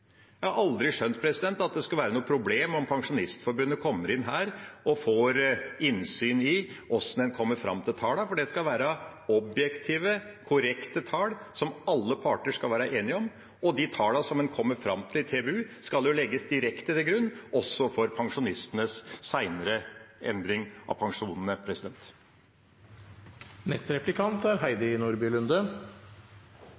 Jeg har aldri skjønt at det skal være noe problem om Pensjonistforbundet kommer inn her og får innsyn i hvordan en kommer fram til tallene, for det skal være objektive, korrekte tall som alle parter skal være enige om. Og de tallene som en kommer fram til i TBU, skal jo legges direkte til grunn også for pensjonistenes senere endring av pensjonene. Det første spørsmålet er